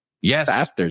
Yes